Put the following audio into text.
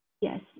yes